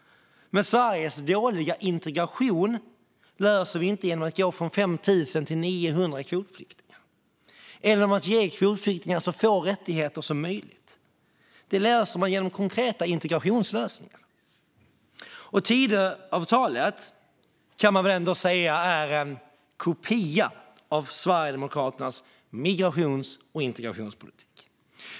Men Sveriges dåliga integration löser vi inte genom att gå från 5 000 till 900 kvotflyktingar eller genom att ge flyktingar så få rättigheter som möjligt, utan den löser man genom konkreta integrationslösningar. Tidöavtalet är en kopia av Sverigedemokraternas migrations och integrationspolitik.